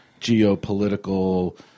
geopolitical